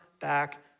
back